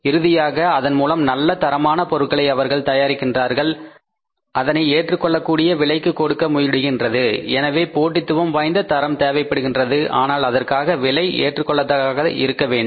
இறுதியாக அதன்மூலம் நல்ல தரமான பொருட்களை அவர்கள் தயாரிக்கின்றார்கள் அதனை ஏற்றுக்கொள்ள கூடிய விலைக்கு கொடுக்க முடிகின்றது எனவே போட்டித்துவம் வாய்ந்த தரம் தேவைப்படுகின்றது ஆனால் அதற்கான விலை ஏற்றுக்கொள்ளத்தக்கதாக இருக்க வேண்டும்